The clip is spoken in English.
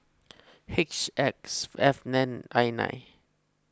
H X F N I nine